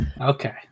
Okay